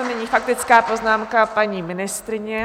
Nyní faktická poznámka paní ministryně.